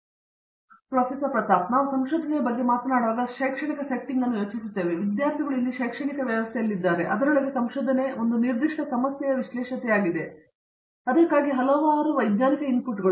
ಪ್ರತಾಪ್ ಹರಿಡೋಸ್ ಸರಿ ನಾವು ಸಂಶೋಧನೆಯ ಬಗ್ಗೆ ಮಾತನಾಡುವಾಗ ನಾವು ಶೈಕ್ಷಣಿಕ ಸೆಟ್ಟಿಂಗ್ ಅನ್ನು ಯೋಚಿಸುತ್ತೇವೆ ಮತ್ತು ವಿದ್ಯಾರ್ಥಿಗಳು ಇಲ್ಲಿ ಶೈಕ್ಷಣಿಕ ವ್ಯವಸ್ಥೆಯಲ್ಲಿದ್ದಾರೆ ಮತ್ತು ಅದರೊಳಗೆ ಸಂಶೋಧನೆ ಒಂದು ನಿರ್ದಿಷ್ಟ ಸಮಸ್ಯೆಯ ವಿಶೇಷತೆಯಾಗಿದೆ ಅದಕ್ಕಾಗಿ ಹಲವು ವೈಜ್ಞಾನಿಕ ಇನ್ಪುಟ್